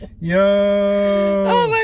Yo